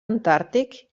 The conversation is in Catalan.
antàrtic